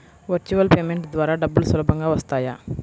Virtual payment ద్వారా డబ్బులు సులభంగా వస్తాయా?